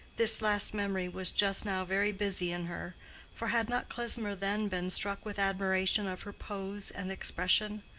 this last memory was just now very busy in her for had not klesmer then been struck with admiration of her pose and expression?